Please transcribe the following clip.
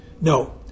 No